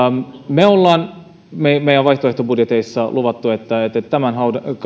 me olemme meidän vaihtoehtobudjeteissamme luvanneet että tämän